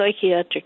psychiatric